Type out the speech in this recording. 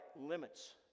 limits